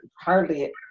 hardly